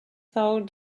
though